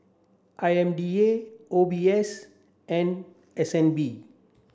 I M D A O B S and S N B